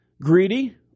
greedy